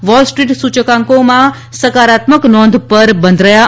wall Street સૂચકાંકોમાં સકારાત્મક નોંધ પર બંધ રહ્યા હતા